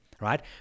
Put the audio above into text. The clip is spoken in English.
right